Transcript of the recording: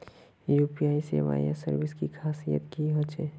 UPI सेवाएँ या services की खासियत की होचे?